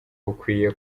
bakwiye